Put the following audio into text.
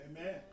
Amen